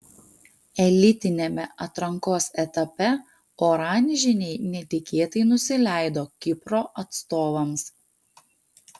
elitiniame atrankos etape oranžiniai netikėtai nusileido kipro atstovams